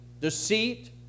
deceit